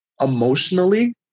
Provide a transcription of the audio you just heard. emotionally